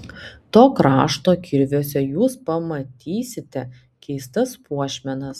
to krašto kirviuose jūs pamatysite keistas puošmenas